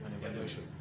evaluation